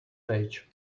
page